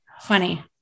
funny